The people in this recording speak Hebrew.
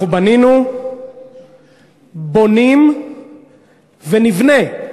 אנחנו בנינו, בונים ונבנה,